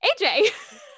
AJ